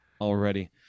already